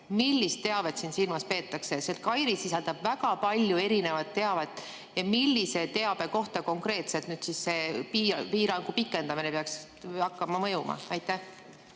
millist teavet siin silmas peetakse. KAIRI sisaldab väga palju erinevat teavet. Millise teabe kohta konkreetselt nüüd siis see piirangu pikendamine peaks hakkama kehtima? Aitäh,